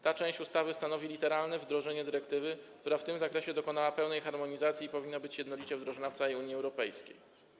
Ta część ustawy stanowi literalne wdrożenie dyrektywy, która w tym zakresie dokonała pełnej harmonizacji i powinna być jednolicie wdrożona w całej Unii Europejskiej.